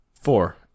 four